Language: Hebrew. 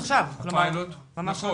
עכשיו, כלומר, ממש עכשיו.